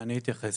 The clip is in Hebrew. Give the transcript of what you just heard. אני אתייחס.